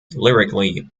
lyrically